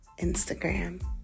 Instagram